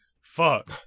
Fuck